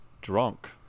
drunk